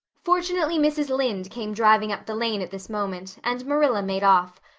fortunately mrs. lynde came driving up the lane at this moment and marilla made off,